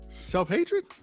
Self-hatred